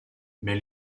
mais